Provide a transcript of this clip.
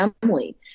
family